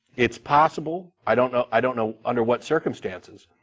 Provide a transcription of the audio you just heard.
it's possible. i don't know, i don't know under what circumstances,